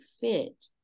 fit